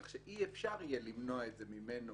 כך שאי-אפשר יהיה למנוע את זה ממנו.